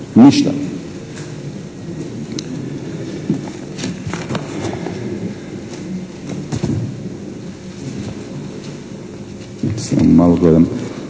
Ništa.